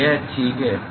यह ठीक रहेगा